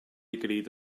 agreed